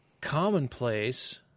Commonplace